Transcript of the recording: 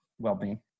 Well-being